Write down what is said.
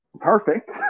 Perfect